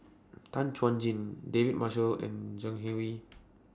Tan Chuan Jin David Marshall and Zhang Hui